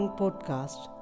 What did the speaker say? podcast